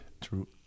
True